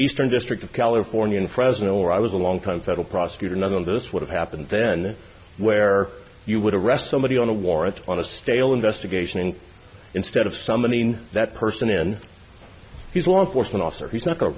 eastern district of california in fresno where i was a long time federal prosecutor none of this would have happened then where you would arrest somebody on a warrant on a stale investigation and instead of summoning that person in he's a law enforcement officer he's not